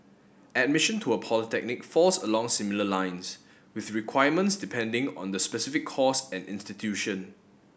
admission to a polytechnic falls along similar lines with requirements depending on the specific course and institution